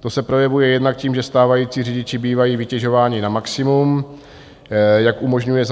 To se projevuje jednak tím, že stávající řidiči bývají vytěžováni na maximum, jak umožňuje